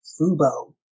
Fubo